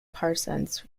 parsons